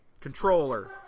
controller